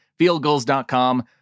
fieldgoals.com